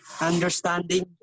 understanding